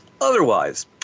otherwise